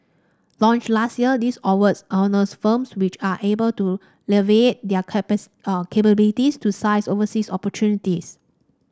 launched last year this award honours firms which are able to leverage their capacity capabilities to seize overseas opportunities